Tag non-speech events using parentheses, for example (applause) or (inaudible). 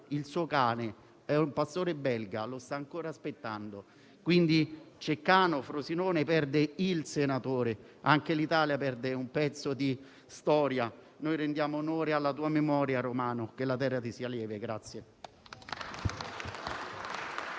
il suo cane, un pastore belga che lo sta ancora aspettando. Ceccano e Frosinone perdono «il senatore» e anche l'Italia perde un pezzo di storia. Rendiamo onore alla tua memoria, Romano, e che la terra ti sia lieve. (applause)